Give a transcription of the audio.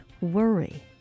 worry